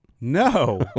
No